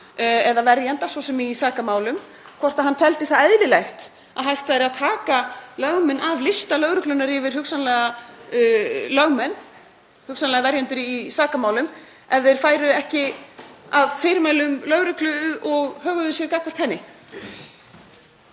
eða verjanda, svo sem í sakamálum — það eðlilegt að hægt væri að taka lögmenn af lista lögreglunnar yfir hugsanlega lögmenn, hugsanlega verjendur í sakamálum, ef þeir færu ekki að fyrirmælum lögreglu og höguðu sér gagnvart henni.